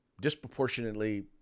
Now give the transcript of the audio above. disproportionately